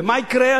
ומה יקרה?